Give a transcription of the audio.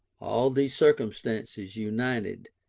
all these circumstances united,